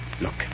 Look